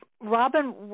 Robin